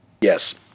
Yes